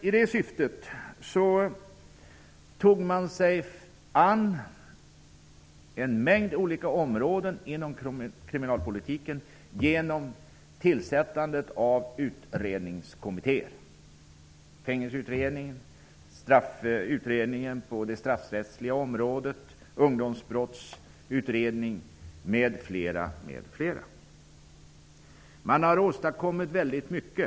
I det syftet tog man sig an en mängd olika områden inom kriminalpolitiken genom tillsättandet av utredningskommittéer som Fängelseutredningen, Ungdomsbrottsutredningen, m.fl. Man har åstadkommit väldigt mycket.